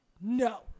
no